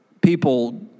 people